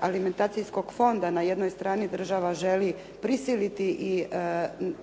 alimentacijskog fonda na jednoj strani država želi prisiliti i